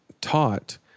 taught